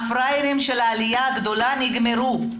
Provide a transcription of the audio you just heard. שהפראיירים של העלייה הגדולה נגמרו.